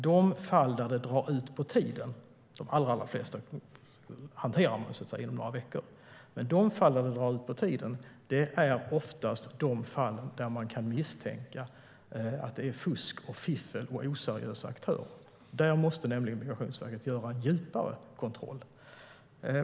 De flesta fall hanteras inom några veckor, men i de fall där det drar ut på tiden misstänks fusk, fiffel och oseriösa aktörer. Då måste Migrationsverket göra en djupare kontroll.